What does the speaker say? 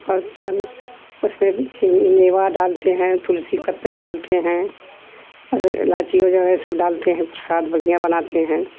उसमें चीनी मेवा डालते हैं तुलसी पट्टी डालते हैं और इलाइची वगैरह सब डालते हैं प्रसाद बढ़िया बनाते हैं